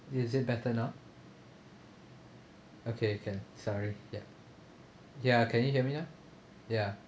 is it better now okay can sorry ya ya can you hear me now ya